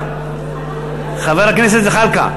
חבר הכנסת זחאלקה,